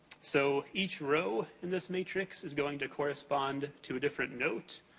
so, each row in this matrix is going to correspond to a different note,